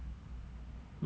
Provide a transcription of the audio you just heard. don't know eh